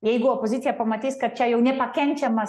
jeigu opozicija pamatys kad čia jau nepakenčiama